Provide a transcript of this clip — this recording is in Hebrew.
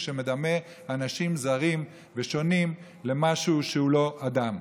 שמדמה אנשים זרים ושונים למשהו שהוא לא אדם.